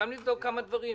ולבדוק עוד כמה דברים.